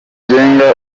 rigenga